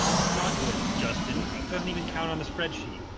that's not good justin. it doesn't even count on the spreadsheet.